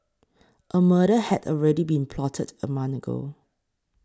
a murder had already been plotted a month ago